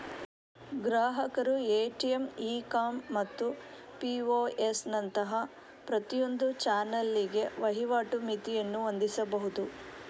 ಗ್ರಾಹಕರು ATM, e com ಮತ್ತು POS ನಂತಹ ಪ್ರತಿಯೊಂದು ಚಾನಲಿಗೆ ವಹಿವಾಟು ಮಿತಿಯನ್ನು ಹೊಂದಿಸಬಹುದು